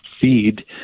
feed